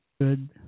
Good